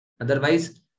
Otherwise